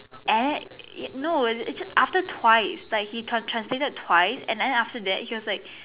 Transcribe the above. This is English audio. and it no after twice like he he translated twice then after that he was like